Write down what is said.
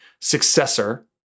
successor